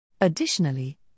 Additionally